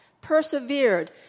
persevered